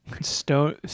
Stone